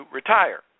retire